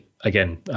again